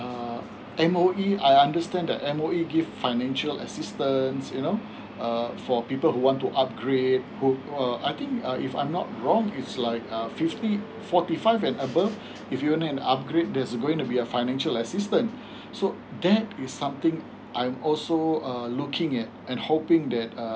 um M_O_E I understand that M_O_E give a financial assistance you know um for people who want to upgrade who I think uh if I'm not wrong it's like a fifty forty five and above if you want an upgrade there's going to be a financial assistance so that is something um I'm also uh looking at and hoping that uh